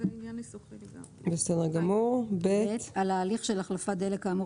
ENG)). על ההליך של החלפת דלק כאמור